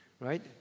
right